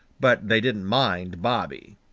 but they didn't mind bobby.